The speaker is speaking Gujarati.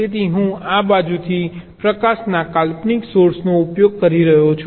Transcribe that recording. તેથી હું આ બાજુથી પ્રકાશના કાલ્પનિક સોર્સનો ઉપયોગ કરી રહ્યો છું